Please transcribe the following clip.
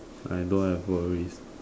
I don't have worries